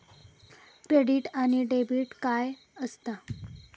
Credit आणि debit काय असता?